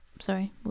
sorry